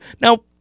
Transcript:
Now